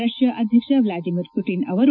Russia ಅಧ್ವಕ್ಷ Vladimir Putin ಅವರು